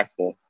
impactful